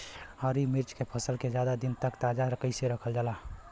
हरि मिर्च के फसल के ज्यादा दिन तक ताजा कइसे रखल जाई?